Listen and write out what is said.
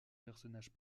personnage